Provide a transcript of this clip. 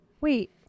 Wait